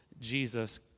Jesus